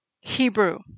Hebrew